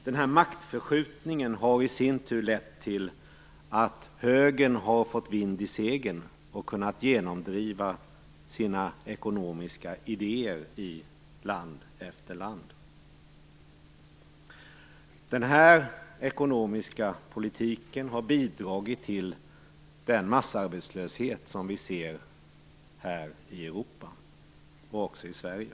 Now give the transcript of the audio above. Den här maktförskjutningen har i sin tur lett till att högern har fått vind i seglen och kunnat genomdriva sina ekonomiska idéer i land efter land. Den här ekonomiska politiken har bidragit till den massarbetslöshet som vi ser i Europa och också här i Sverige.